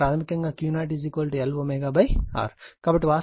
కాబట్టి వాస్తవానికి Lω 31